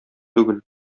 түгел